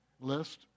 list